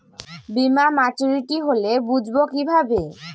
বীমা মাচুরিটি হলে বুঝবো কিভাবে?